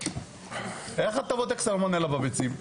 איך אתה בודק סלמונלה בביצים?